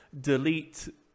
delete